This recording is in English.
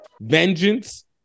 vengeance